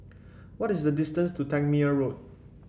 what is the distance to Tangmere Road